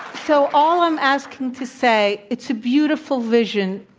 so, all i'm asking to say, it's a beautiful vision.